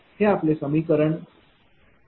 हे आपले समीकरण 75 आहे